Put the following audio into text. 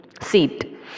seat